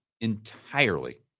entirely